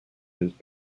his